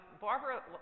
Barbara